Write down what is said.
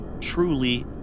truly